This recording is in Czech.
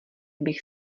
bych